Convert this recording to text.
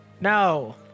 No